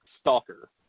Stalker